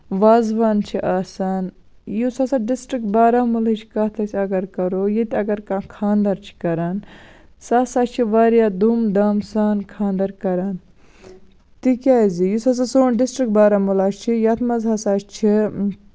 وازوان چھُ آسان یُس ہسا ڈِسٹرکٹ بارامولہٕچ کَتھ أسۍ اَگر کَرو ییٚتہِ اَگر کانہہ خاندر چھِ کران سُہ ہسا چھِ وریاہ دوٗم دام سان خاندر کران تِکیازِ یُس ہسا سون ڈِسٹرکٹ بارامولہہ چھُ یَتھ منٛز ہسا چھِ